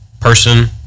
person